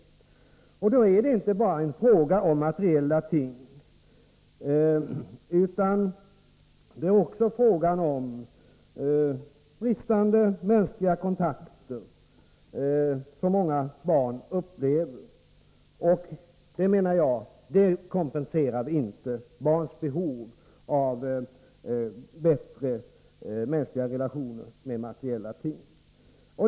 Då är det för barnens del inte bara fråga om materiella ting, utan också om bristande mänskliga kontakter. Barns behov av bättre mänskliga relationer kan inte kompenseras med materiella ting.